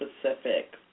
specific